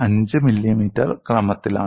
025 millimetre ക്രമത്തിലാണ്